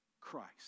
Christ